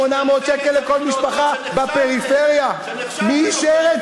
אתה כפריפריה צריך להודות